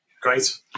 great